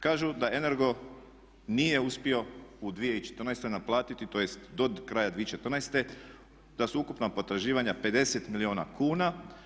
Kažu da Energo nije uspio u 2014. naplatiti tj. do kraja 2014. da su ukupna potraživanja 50 milijuna kuna.